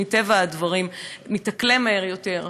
שמטבע הדברים מתאקלם מהר יותר,